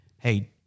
Hey